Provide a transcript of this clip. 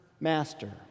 Master